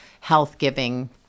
health-giving